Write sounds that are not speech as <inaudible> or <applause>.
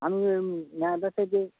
আম <unintelligible> থেকে